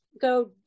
Go